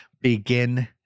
begin